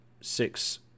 six